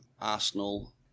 Arsenal